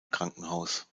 krankenhaus